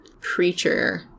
preacher